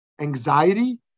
anxiety